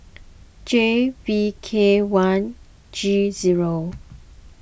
J V K one G zero